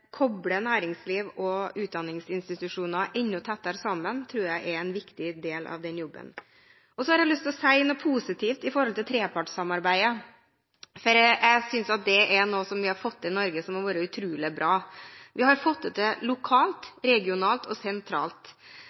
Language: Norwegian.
koble næringsliv og utdanningsinstitusjoner enda tettere sammen tror jeg er en viktig del av den jobben. Så har jeg lyst til å si noe positivt om trepartssamarbeidet, for jeg synes det er noe som vi har fått til i Norge som har vært utrolig bra. Vi har fått det til lokalt, regionalt og sentralt.